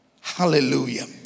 Hallelujah